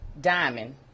Diamond